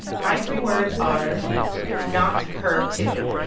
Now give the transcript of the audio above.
my three words are not her too,